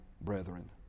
brethren